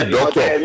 Doctor